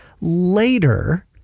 later